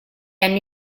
anni